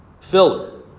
Filler